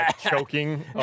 Choking